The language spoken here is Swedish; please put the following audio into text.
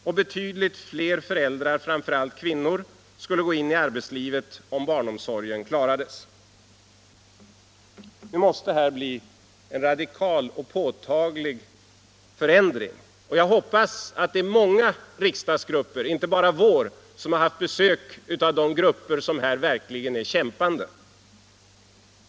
Och betydligt fler föräldrar - framför allt kvinnor — skulle gå in i arbetslivet om barnomsorgen klarades. Nu måste här bli en radikal och påtaglig förändring. Jag hoppas att det är många riksdagsgrupper som liksom vår har haft besök av de människor som verkligen kämpar för denna fråga.